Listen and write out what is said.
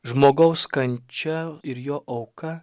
žmogaus kančia ir jo auka